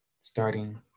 Starting